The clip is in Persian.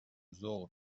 ذوق